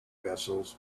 vessels